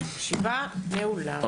הישיבה נעולה, תודה רבה.